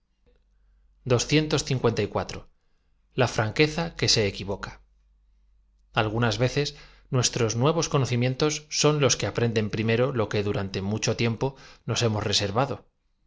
anque a franqueza que ie equivoca algunas veces nuestros nuevos conocimientos son los que aprenden primero lo que durante mucho tiem po nos hemos reservado